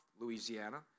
Louisiana